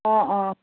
অ অ